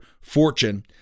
fortune